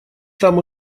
там